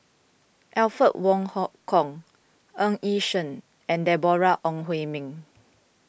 Alfred Wong Hong Kwok Ng Yi Sheng and Deborah Ong Hui Min